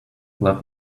let